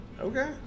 okay